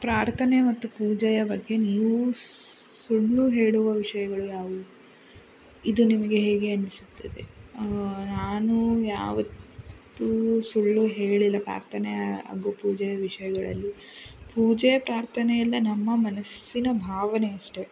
ಪ್ರಾರ್ಥನೆ ಮತ್ತು ಪೂಜೆಯ ಬಗ್ಗೆ ನೀವು ಸುಳ್ಳು ಹೇಳುವ ವಿಷಯಗಳ್ಯಾವುವು ಇದು ನಿಮಗೆ ಹೇಗೆ ಅನ್ನಿಸುತ್ತದೆ ನಾನು ಯಾವತ್ತೂ ಸುಳ್ಳು ಹೇಳಿಲ್ಲ ಪ್ರಾರ್ಥನೆ ಹಾಗೂ ಪೂಜೆಯ ವಿಷಯಗಳಲ್ಲಿ ಪೂಜೆ ಪ್ರಾರ್ಥನೆ ಎಲ್ಲ ನಮ್ಮ ಮನಸ್ಸಿನ ಭಾವನೆ ಅಷ್ಟೇ